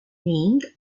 named